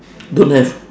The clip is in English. don't have